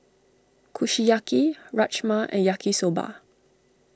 Kushiyaki Rajma and Yaki Soba